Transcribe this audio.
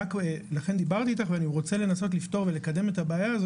דברתי אתך, אני מנסה לפתור ולקדם את הבעיה.